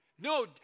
no